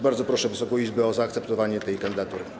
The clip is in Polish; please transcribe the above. Bardzo proszę Wysoką Izbę o zaakceptowanie tej kandydatury.